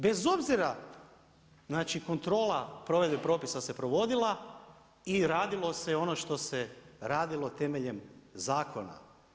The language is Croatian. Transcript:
Bez obzira, znači kontrola provedbe propisa se provodila i radilo se ono što se radilo temeljem zakona.